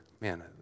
man